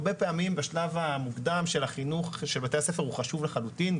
הרבה פעמים השלב של בתי הספר הוא חשוב לחלוטין,